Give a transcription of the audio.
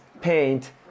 paint